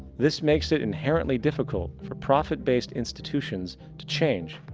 this makes it inherently difficult for profit-based institutions to change,